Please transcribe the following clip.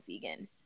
vegan